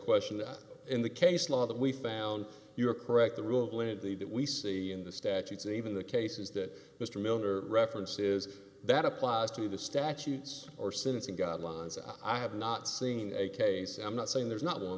question in the case law that we found you are correct the rule of lately that we see in the statutes and even the cases that mr miller reference is that applies to the statutes or sentencing guidelines i have not seen a case i'm not saying there's not one